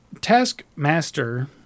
Taskmaster